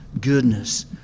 goodness